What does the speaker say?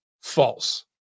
false